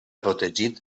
protegit